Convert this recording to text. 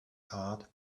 heart